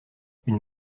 une